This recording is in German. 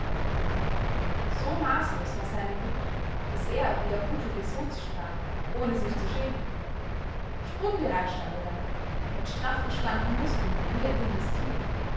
so maßlos war seine wut daß er wie der bucklige sozi sprach ohne sich zu schämen sprungbereit stand er da mit straff gespannten muskeln wie ein wildes tier